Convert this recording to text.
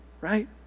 right